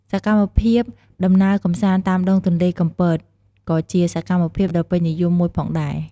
សកម្មភាពដំណើរកម្សាន្តតាមដងទន្លេកំពត ក៏ជាសកម្មភាពដ៏ពេញនិយមមួយផងដែរ។